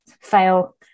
fail